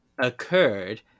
occurred